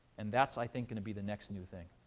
and that's, i think, going to be the next new thing.